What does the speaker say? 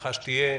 בהנחה שתהיה,